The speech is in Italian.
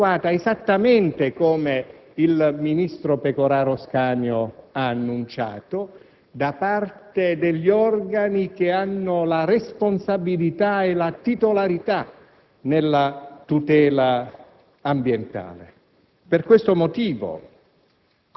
che deve essere effettuata - esattamente come il ministro Pecoraro Scanio ha annunciato - da parte degli organi che hanno la responsabilità e la titolarità nella tutela ambientale.